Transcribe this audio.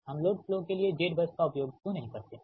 हम load flow के लिए z बस का उपयोग क्यों नहीं करते हैं